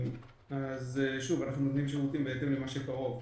אנחנו נותנים שירותים בהתאם למה שקרוב.